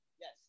Yes